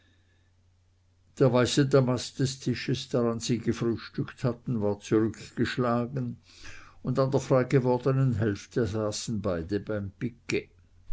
der weiße damast des tisches dran sie gefrühstückt hatten war zurückgeschlagen und an der freigewordenen hälfte saßen beide beim